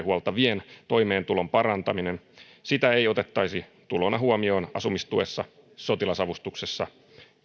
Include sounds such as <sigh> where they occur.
<unintelligible> huoltavien toimeentulon parantaminen sitä ei otettaisi tulona huomioon asumistuessa sotilasavustuksessa